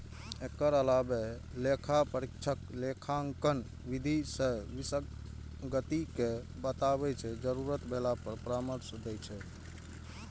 एकर अलावे लेखा परीक्षक लेखांकन विधि मे विसंगति कें बताबै छै, जरूरत भेला पर परामर्श दै छै